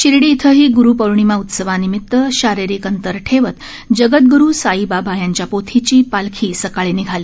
शिर्डी इथंही ग्रूपौर्णिमा उत्सवानिमितानं शारिरीक अंतर ठेवत जगदग्रु साईबाबा यांच्या पोथीची पालखी सकाळी निघाली